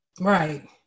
Right